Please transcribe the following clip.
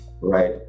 right